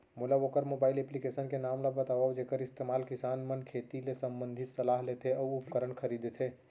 मोला वोकर mobile application के नाम ल बतावव जेखर इस्तेमाल किसान मन खेती ले संबंधित सलाह लेथे अऊ उपकरण खरीदथे?